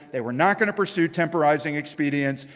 they were not going to pursue temporizing expedience.